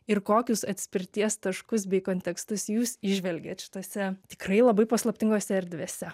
ir kokius atspirties taškus bei kontekstus jūs įžvelgiat šitose tikrai labai paslaptingose erdvėse